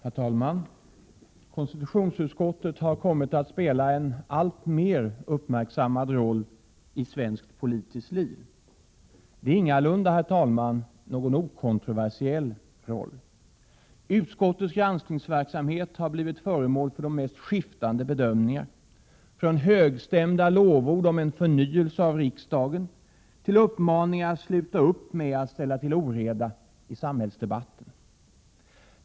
Herr talman! Konstitutionsutskottet har kommit att spela en alltmer uppmärksammad roll i svenskt politiskt liv. Det är ingalunda, herr talman, någon okontroversiell roll. Utskottets granskningsverksamhet har blivit föremål för de mest skiftande bedömningar, från högstämda lovord om en förnyelse av riksdagen till uppmaningar att sluta upp med att ställa till oreda i samhällsdebatten.